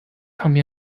唱片